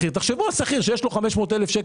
תחשבו על שכיר שיש לו משכורת של 500,000 ₪